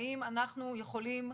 האם אנחנו יכולים,